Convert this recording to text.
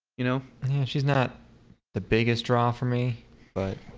you know and yeah she's not the biggest draw for me but